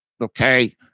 okay